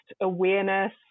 awareness